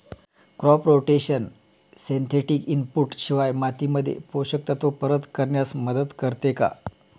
Crop rotation synthetic input शिवाय मातीमध्ये पोषक तत्त्व परत करण्यास मदत करते का?